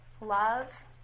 love